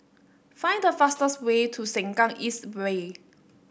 find the fastest way to Sengkang East Way